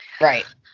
Right